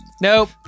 Nope